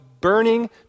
burning